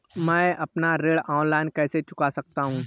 मैं अपना ऋण ऑनलाइन कैसे चुका सकता हूँ?